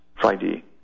Friday